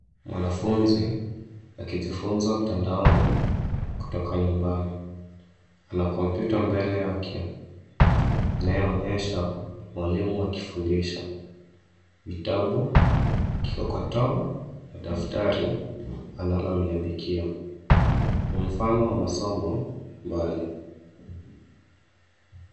Mwanafunzi akijifunza mtandaoni kutoka nyumbani. Ana kompyuta mbele yake inayoonyesha mwalimu akifundisha. Vitabu, kikokoto na daftari analoliandikia. Ni mfano wa masomo mbali.